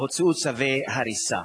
הוציאו צווי הריסה,